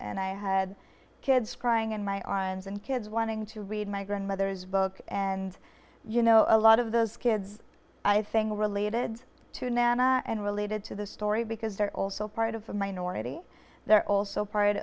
and i had kids crying in my arms and kids wanting to read my grandmother's book and you know a lot of those kids i think are related to nana and related to the story because they're also part of a minority they're also part